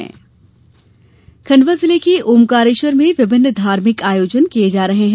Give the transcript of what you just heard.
श्रावणयात्रा खण्डवा जिले के ओंकारेश्वर में विभिन्न धार्मिक आयोजन किये जा रहे हैं